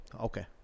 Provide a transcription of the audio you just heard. Okay